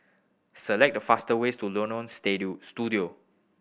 select the fastest ways to Studio